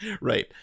right